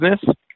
business